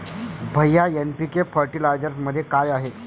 भैय्या एन.पी.के फर्टिलायझरमध्ये काय आहे?